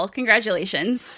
Congratulations